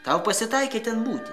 tau pasitaikė ten būti